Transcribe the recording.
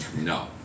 No